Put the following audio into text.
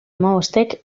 hamabostek